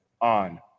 on